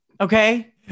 Okay